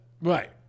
right